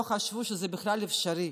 לא חשבו שזה בכלל אפשרי.